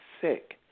sick